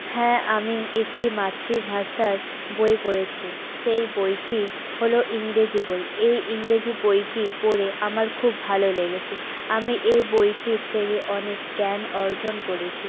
হ্যাঁ আমি একটি মাতৃভাষার বই পড়েছি সেই বইটি হলো ইংরেজি বই এই ইংরেজি বইটি পড়ে আমার খুব ভালো লেগেছে আমি এই বইটির থেকে অনেক জ্ঞান অর্জন করেছি